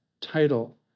title